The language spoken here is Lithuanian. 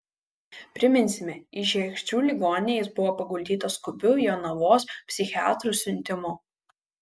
priminsime į žiegždrių ligoninę jis buvo paguldytas skubiu jonavos psichiatrų siuntimu